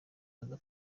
aza